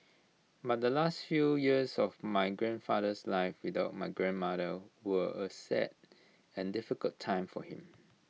but the last few years of my grandfather's life without my grandmother were A sad and difficult time for him